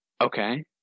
Okay